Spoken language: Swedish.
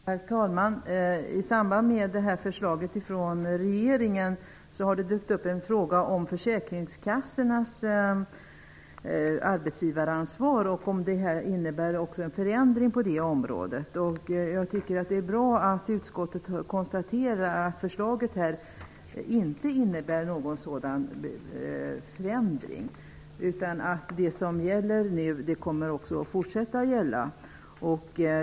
Herr talman! I samband med förslaget från regeringen har det dykt upp en fråga om försäkringskassornas arbetsgivaransvar och om förslaget innebär en förändring på detta område. Jag tycker att det är bra att utskottet konstaterar att förslaget inte innebär någon sådan förändring. Det som gäller nu kommer också att fortsätta att gälla.